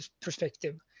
perspective